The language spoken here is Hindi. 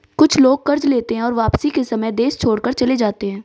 कुछ लोग कर्ज लेते हैं और वापसी के समय देश छोड़कर चले जाते हैं